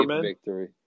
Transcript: victory